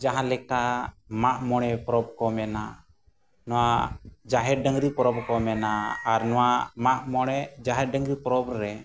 ᱡᱟᱦᱟᱸᱞᱮᱠᱟ ᱢᱟᱜᱢᱚᱬᱮ ᱯᱚᱨᱚᱵᱽ ᱠᱚ ᱢᱮᱱᱟ ᱱᱚᱣᱟ ᱡᱟᱦᱮᱨ ᱰᱟᱹᱝᱨᱤ ᱯᱚᱨᱚᱵᱽ ᱦᱚᱸ ᱠᱚ ᱢᱮᱱᱟ ᱟᱨ ᱱᱚᱣᱟ ᱢᱟᱜᱢᱚᱬᱮ ᱡᱟᱦᱮᱨ ᱰᱟᱹᱝᱨᱤ ᱯᱚᱨᱚᱵᱽ ᱨᱮ